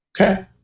Okay